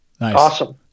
Awesome